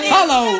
Hello